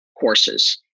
courses